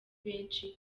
benshi